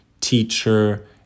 teacher